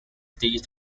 stay